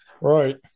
Right